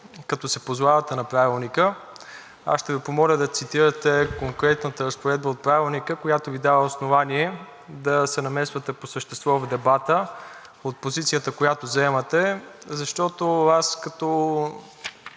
като се позовавате на Правилника. Аз ще Ви помоля да цитирате конкретната разпоредба от Правилника, която Ви дава основание да се намесвате по същество в дебата от позицията, която заемате, защото аз като